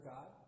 God